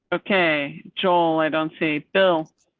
okay, joel, i don't see bill.